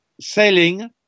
selling